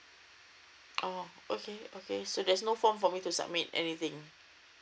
oh okay okay so there's no form for me to submit anything